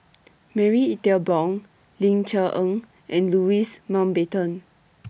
Marie Ethel Bong Ling Cher Eng and Louis Mountbatten